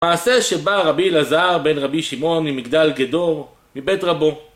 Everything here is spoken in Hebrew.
מעשה שבא רבי אלעזר בן רבי שמעון ממגדל גדור מבית רבו